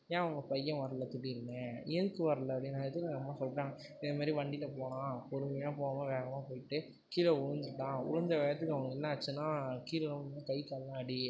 ஏன் உங்கள் பையன் வர்லை திடீர்னு எதுக்கு வர்லை அப்படினு கேட்கறதுக்கு எங்கள் அம்மா சொல்லிடாங்க இதே மாதிரி வண்டியில் போனான் பொறுமையாக போகாம வேகமாக போயிவிட்டு கீழே விழுந்துட்டான் விழுந்த வேகத்துக்கு அவனுக்கு என்னாச்சுன்னா கீழே விழுந்து கை காலெலாம் அடி